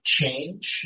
change